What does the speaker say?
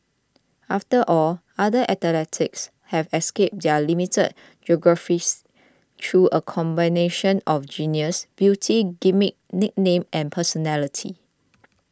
after all other athletes have escaped their limited geographies through a combination of genius beauty gimmick nickname and personality